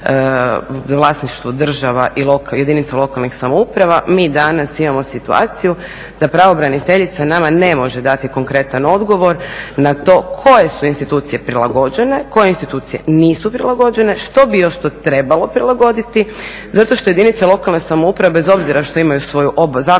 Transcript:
vlasništvu država i jedinica lokalnih samouprava. Mi danas imamo situaciju da pravobraniteljica nama ne može dati konkretan odgovor na to koje su institucije prilagođene, koje institucije nisu prilagođene, što bi još to trebalo prilagoditi zato što jedinice lokalne samouprave bez obzira što imaju svoju zakonsku